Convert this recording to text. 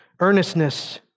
earnestness